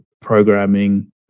programming